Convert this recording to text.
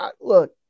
Look